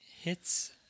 hits